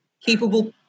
capable